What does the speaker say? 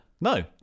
No